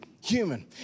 human